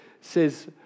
says